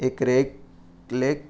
ایک ریک کلیک